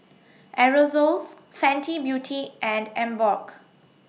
Aerosoles Fenty Beauty and Emborg